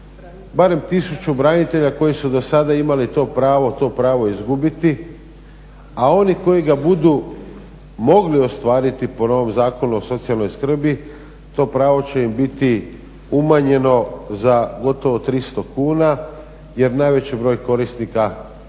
barem 1000 branitelja koji su dosada imali to pravo, to pravo izgubiti. A oni koji ga budu mogli ostvariti po novom Zakonu o socijalnoj skrbi to pravo će im biti umanjeno za gotovo 300 kuna jer najveći broj korisnika